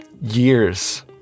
years